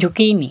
zucchini